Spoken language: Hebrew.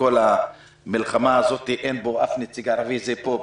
כל המלחמה הזו אין בו אף נציג ערבי זה פה,